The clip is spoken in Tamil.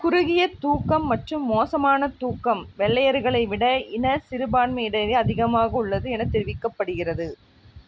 குறுகிய தூக்கம் மற்றும் மோசமான தூக்கம் வெள்ளையர்களை விட இன சிறுபான்மையிடரே அதிகமாக உள்ளது என தெரிவிக்கப்படுகிறது